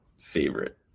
favorite